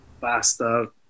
faster